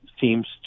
seems